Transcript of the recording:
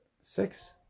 Six